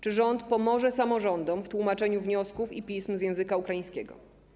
Czy rząd pomoże samorządom w tłumaczeniu wniosków i pism z języka ukraińskiego?